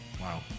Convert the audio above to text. wow